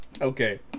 Okay